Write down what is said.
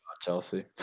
Chelsea